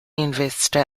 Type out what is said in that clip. investor